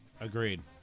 Agreed